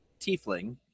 tiefling